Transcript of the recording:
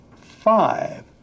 five